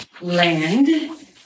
land